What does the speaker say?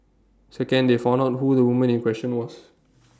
second they found out who the woman in question was